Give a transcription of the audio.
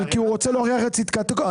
כי הוא רוצה להוכיח את צדקתו.